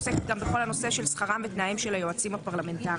עוסקת גם בכל הנושא של שכרם ותנאים של היועצים הפרלמנטריים.